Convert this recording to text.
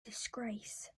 disgrace